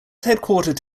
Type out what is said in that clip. headquartered